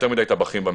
יותר מדי טבחים במטבח.